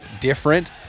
different